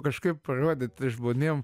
kažkaip parodyti žmonėm